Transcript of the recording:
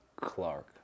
Clark